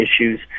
issues